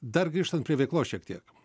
dar grįžtant prie veiklos šiek tiek